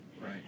Right